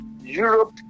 Europe